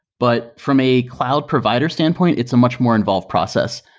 but from a cloud provider standpoint, it's a much more involved process.